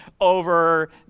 over